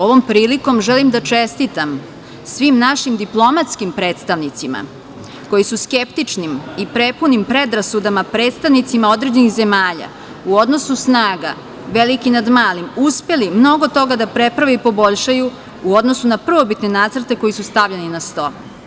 Ovom prilikom želim da čestitam svim našim diplomatskim predstavnicima koji su skeptičnim i prepunim predrasudama predstavnicima određenih zemalja u odnosu snaga veliki nad malim uspeli mnogo toga da preprave i poboljšaju u odnosu na prvobitne nacrte koji su stavljeni na sto.